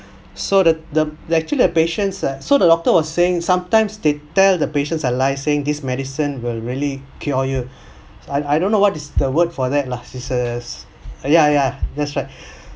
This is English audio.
so the the the actually the patients uh so the doctor was saying sometimes they tell the patients are lie saying this medicine will really cure you I I don't know what is the word for that lah it's a ya ya that's right